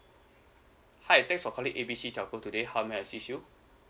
hi thanks for calling A B C telco today how may I assist you